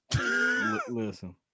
Listen